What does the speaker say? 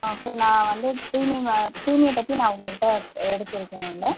ஆ so நான் வந்து தூய்மை வா தூய்மையை பற்றி நான் உங்கள்கிட்ட எடுத்துரைக்கணும் இல்லை